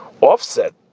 offset